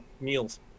meals